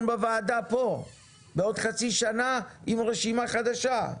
בוועדה כאן בעוד חצי שנה עם רשימה חדשה.